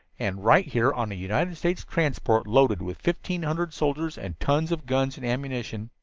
and right here on a united states transport loaded with fifteen hundred soldiers and tons of guns and ammunition.